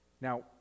Now